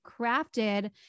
crafted